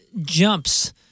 jumps